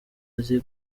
azi